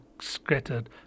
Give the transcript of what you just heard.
scattered